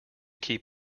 keep